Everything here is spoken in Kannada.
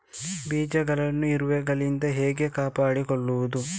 ಬೀಜವನ್ನು ಇರುವೆಗಳಿಂದ ಹೇಗೆ ಕಾಪಾಡುವುದು?